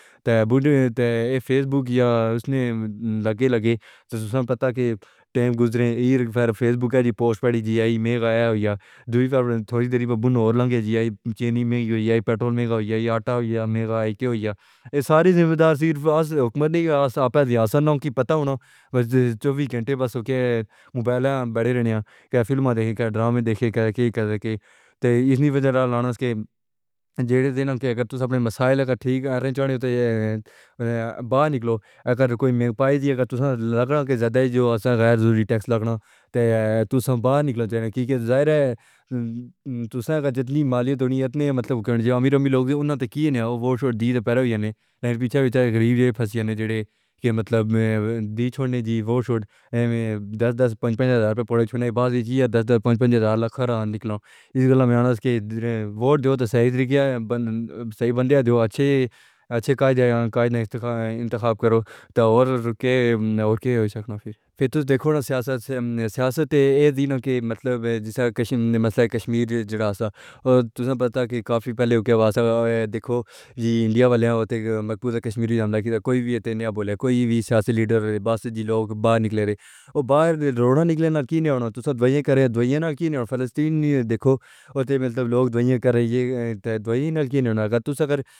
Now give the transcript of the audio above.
آپ ہیں تو یہ فیس بک یا اس نے لگے لگے تو سنا پتا کے ٹائم گزرے یہ فیس بک پوسٹ پڑھی جی میں آیا ہوں یا تھوڑی دیر پہ بونا ہورلان گے جی چینی میں یہ پٹرول میں گیارہ میں گیارہ ہو یا میں گیارہ ہو یا یہ ساری ذمہ داری صرف اس حکومت نے ہمارے ذیا سنو کی پتا ہونا بس چوبیس گھنٹے بس کے موبائل بیٹھے رہنیا کے فلمیں دیکھیں ڈرامے دیکھے اس لیے وجہ سے کے جڑیں کے اگر تسابنے مسائل ٹھیک کرنی ہوتی ہیں باہر نکلواکر کوئی بھی ہیں اگر تسا لگنا کہ زیادہ جو غیر ضروری ٹیکس لگنا تے تسا باہر نکل آجائے نا کیں کے ظاہر ہے تو سا جتلی مالیات اتنی مطلب امیرومی لوگوں نے انہیں ووٹ دیئے پہرو ہی ہیں نہیں پیچھا پیچھا غریب پھنسے ہیں جڑے کے مطلب میں دی چھوڑنیں جی ووٹ چھوڑ دس دس پنج پنج ہزار پڑوسی ہونے کے بعد جی ہیں دس پنج پنج ہزار لکھ رہا ہوں نکلاؤ اس گلا میں کے ووٹ دو صحیح رہ گیا ہے بن صحیح بن گیا جو اچھے اچھے قائدین کا انتخاب کرو تاوور کے پھر تو دیکھو نا سیاست سیاستیں کے مطلب ہے جیسا مسئلہ کشمیر ہے جرا تھا اور تسا پتا کے کافی پہلے کے دیکھو یہ انڈیا والے وہاں تک مقبوضہ کشمیر میں ہمارا کوئی بھی اتنا بولا کوئی بھی سیاسی لیدر باس جی لوگ باہر نکلے ہوئے ہیں باہر روٹر نکلے نا کہاں آنا ہے تو دھویاں کر رہے ہیں دھویاں پلس ٹین نہیں ہے دیکھو وہاں تک لوگ دھویاں کر رہے ہیں تو دھویاں کینارہا ہے اگر تسا اگر